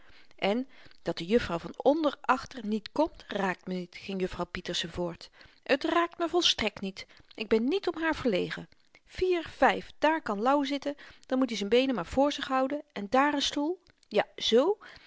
en dat de juffrouw van onder achter niet komt raakt me niet ging juffrouw pieterse voort t raakt me volstrekt niet ik ben niet om haar verlegen vier vyf dààr kan louw zitten dan moet i z'n beenen maar vr zich houden en dààr n stoel ja z